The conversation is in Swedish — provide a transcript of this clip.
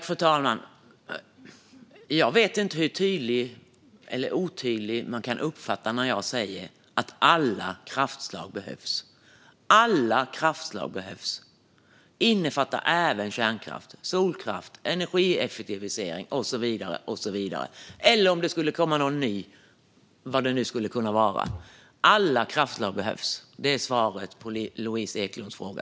Fru talman! Jag vet inte hur tydligt eller otydligt det kan uppfattas när jag säger att alla kraftslag behövs. Att alla kraftslag behövs betyder även kärnkraft, solkraft, energieffektivisering och så vidare, eller om det skulle komma någonting nytt, vad det nu skulle kunna vara. Alla kraftslag behövs. Det är svaret på Louise Eklunds fråga.